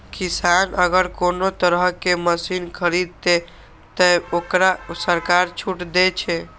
किसान अगर कोनो तरह के मशीन खरीद ते तय वोकरा सरकार छूट दे छे?